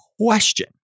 question